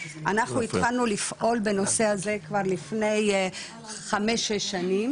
אנחנו התחלנו לפעול בנושא הזה כבר לפני חמש-שש שנים